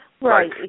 Right